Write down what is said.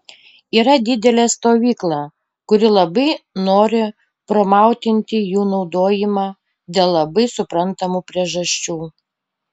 yra didelė stovykla kuri labai nori promautinti jų naudojimą dėl labai suprantamų priežasčių